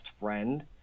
friend